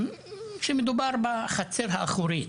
שמדובר בחצר האחורית,